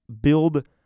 build